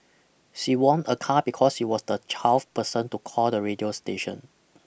she won a car because she was the twelfth person to call the radio station